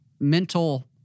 mental